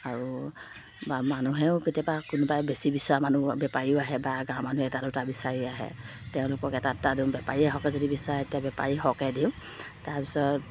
আৰু বা মানুহেও কেতিয়াবা কোনোবাই বেছি বিচৰা মানুহ বেপাৰীও আহে বা গাঁৱৰ মানুহে এটা দুটা বিচাৰি আহে তেওঁলোকক এটা দুটা দিওঁ বেপাৰীয়ে সৰহকৈ যদি বিচাৰে তেতিয়া বেপাৰীক সৰহকৈ দিওঁ তাৰপিছত